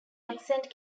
accent